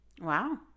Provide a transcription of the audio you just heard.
Wow